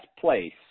place